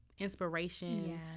Inspiration